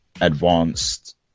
advanced